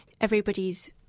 everybody's